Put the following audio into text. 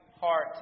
heart